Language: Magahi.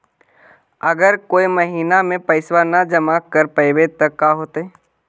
अगर कोई महिना मे पैसबा न जमा कर पईबै त का होतै?